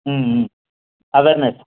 మ్మ్ మ్మ్ అవేర్నెస్